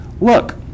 look